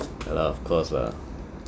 ya lah of course lah